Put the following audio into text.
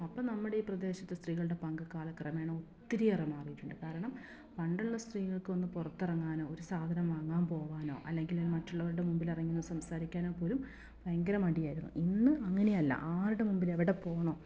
അപ്പം നമ്മടെ ഈ പ്രദേശത്ത് സ്ത്രീകളുടെ പങ്ക് കാലക്രമേണെ ഒത്തിരി ഏറെ മാറിയിട്ടുണ്ട് കാരണം പണ്ടുള്ള സ്ത്രീകൾക്ക് ഒന്ന് പുറത്തിറങ്ങാനോ ഒരു സാധനം വാങ്ങാൻ പോവാനോ അല്ലെങ്കിൽ മറ്റുള്ളവരുടെ മുൻപിൽ ഇറങ്ങി നിന്ന് സംസാരിക്കാനോ പോലും ഭയങ്കര മടിയായിരുന്നു ഇന്ന് അങ്ങനെയല്ല ആരുടെ മുൻപിൽ എവിടെ പോകണം